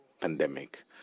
pandemic